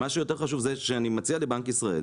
מה שיותר חשוב זה שאני מציע לבנק ישראל